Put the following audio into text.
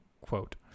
Quote